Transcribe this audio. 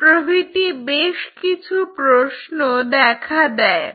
প্রভৃতি বেশ কিছু প্রশ্ন দেখা দেয়